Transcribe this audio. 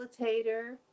facilitator